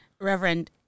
Reverend